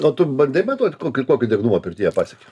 o tu bandei matuot kokį kokį drėgnumą pirtyje pasiekia